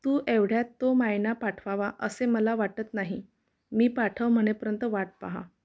तू एवढ्यात तो मायना पाठवावा असे मला वाटत नाही मी पाठव म्हणेपर्यंत वाट पाहा